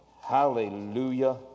Hallelujah